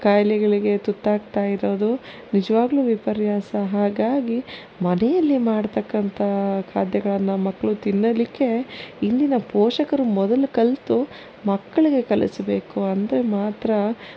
ಕಾಯಿಲೆಗಳಿಗೆ ತುತ್ತಾಗ್ತ ಇರೋದು ನಿಜವಾಗಲೂ ವಿಪರ್ಯಾಸ ಹಾಗಾಗಿ ಮನೆಯಲ್ಲೇ ಮಾಡ್ತಕ್ಕಂತಹ ಖಾದ್ಯಗಳನ್ನ ಮಕ್ಕಳು ತಿನ್ನಲಿಕ್ಕೆ ಇಂದಿನ ಪೋಷಕರು ಮೊದಲು ಕಲಿತು ಮಕ್ಕಳಿಗೆ ಕಲಿಸಬೇಕು ಅಂದರೆ ಮಾತ್ರ